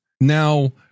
now